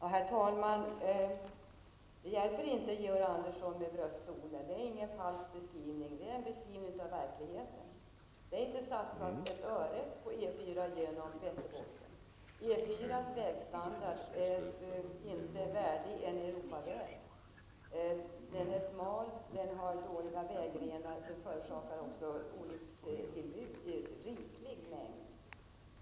Herr talman! Det hjälper, Georg Andersson inte med brösttoner. Detta är inte någon falsk beskrivning, utan det är en beskrivning av verkligheten. Det har inte satsats ett öre på E 4 genom Västerbotten. Standarden på E 4 är inte värdig en Europaväg. Den är smal, och den har dåliga vägrenar, och detta förorsakar olyckstillbud i stor mängd.